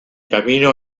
camino